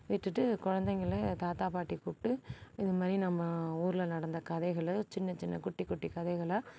விட்டுட்டு குழந்தைங்கள தாத்தா பாட்டி கூப்பிட்டு இது மாதிரி நம்ம ஊரில் நடந்த கதைகளை சின்ன சின்ன குட்டி குட்டி கதைகளை